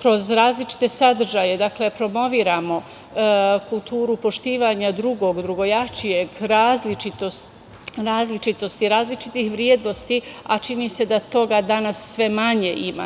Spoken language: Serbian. kroz različite sadržaje promovišu kulturu poštivanja drugog, drugojačijeg, različitosti, različitih vrednosti, a čini se da toga danas sve manje ima.